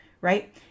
right